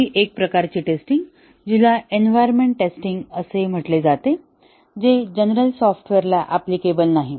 आणखी एक प्रकारची टेस्टिंग जीला इन्विरोन्मेन्ट टेस्टिंग असे म्हटले जाते जे जनरल सॉफ्टवेअरला अप्लिकेबल नाही